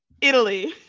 Italy